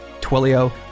Twilio